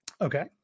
Okay